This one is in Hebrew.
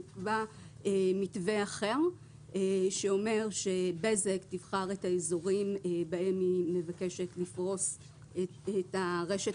נקבע מתווה אחר שאומר שבזק תבחר את האזורים בהם היא מבקשת לפרוס את הרשת